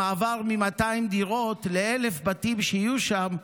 במעבר מ-200 ל-1,000 בתים שיהיו שם,